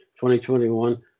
2021